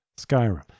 Skyrim